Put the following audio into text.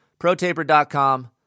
ProTaper.com